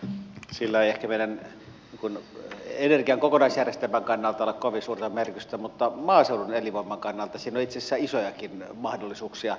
sillä ei ehkä meidän energian kokonaisjärjestelmän kannalta ole kovin suurta merkitystä mutta maaseudun elinvoiman kannalta siinä on itse asiassa isojakin mahdollisuuksia